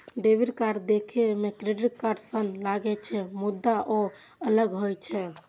debit card देखै मे credit card सन लागै छै, मुदा ओ अलग होइ छै